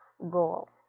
goal